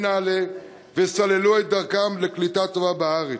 נעל"ה וסללו את דרכם לקליטה טובה בארץ.